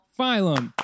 Phylum